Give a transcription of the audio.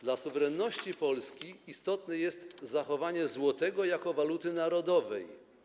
Dla suwerenności Polski istotne jest zachowanie złotego jako waluty narodowej.